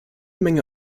menge